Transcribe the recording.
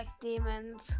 demons